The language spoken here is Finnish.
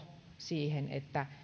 siihen että